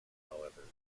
however